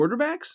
quarterbacks